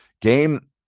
game